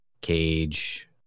Cage